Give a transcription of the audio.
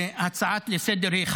והצעה לסדר-היום